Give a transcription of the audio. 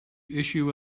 issue